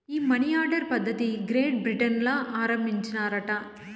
ఈ money order పద్ధతిది Great Britain ల ఆరంబించినారట